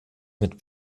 mit